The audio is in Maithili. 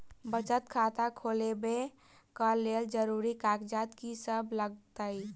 बचत खाता खोलाबै कऽ लेल जरूरी कागजात की सब लगतइ?